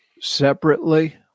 separately